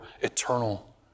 eternal